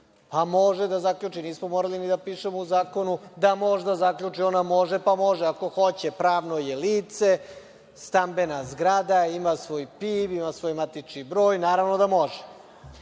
Pa, može da zaključi, nismo morali ni da pišemo u zakonu da može da zaključi, ona može, pa može ako hoće. Pravno je lice, stambena zgrada ima svoj PIB, ima svoj matični broj, naravno da može. Ja